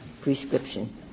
prescription